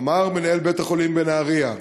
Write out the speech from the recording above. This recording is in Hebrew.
אמר מנהל בית-החולים בנהריה,